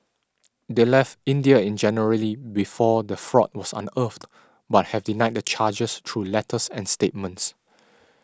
they left India in January before the fraud was unearthed but have denied the charges through letters and statements